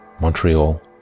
Montreal